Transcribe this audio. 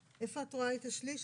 איפה את רואה את השליש?